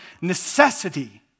necessity